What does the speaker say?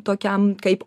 tokiam kaip